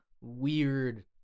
weird